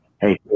Hey